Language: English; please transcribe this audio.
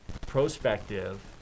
prospective